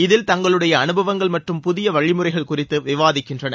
இதில் தங்களுடைய அனுபவங்கள் மற்றும் புதிய வழிமுறைகள் குறித்து விவாதிக்கின்றனர்